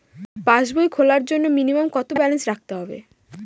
পাসবই খোলার জন্য মিনিমাম কত ব্যালেন্স রাখতে হবে?